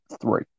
Three